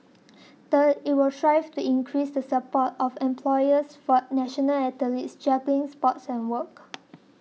third it will strive to increase the support of employers for national athletes juggling sports and work